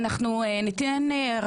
שעשינו.